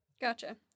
Gotcha